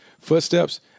footsteps